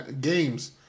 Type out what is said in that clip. games